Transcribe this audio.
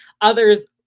Others